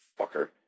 fucker